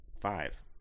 Five